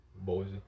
Boise